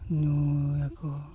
ᱧᱩᱭᱟᱠᱚ